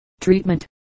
Treatment